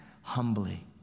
humbly